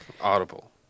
Audible